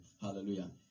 hallelujah